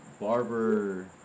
Barber